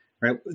right